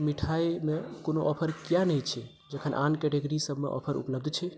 मिठाइ मे कोनो ऑफर किए नहि छै जखन आन कैटेगरीसभ मे ऑफर उपलब्ध छै